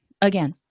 again